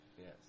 Yes